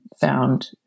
found